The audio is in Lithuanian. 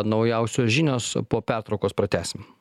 naujausios žinios po pertraukos pratęsim